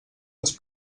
als